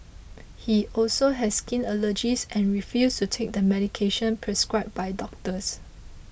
he also has skin allergies and refuses to take the medication prescribed by doctors